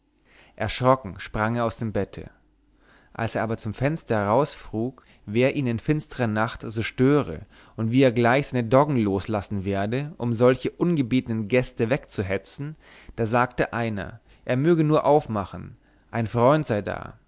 erschrocken sprang er aus dem bette als er aber zum fenster herausfrug wer ihn in finstrer nacht so störe und wie er gleich seine doggen loslassen werde um solche ungebetene gäste wegzuhetzen da sagte einer er möge nur aufmachen ein freund sei da